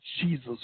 Jesus